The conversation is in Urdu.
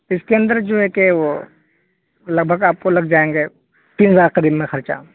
اس کے اندر جو ہے کہ وہ لگ بھگ آپ کو لگ جائیں گے تین ہزار قریب میں خرچہ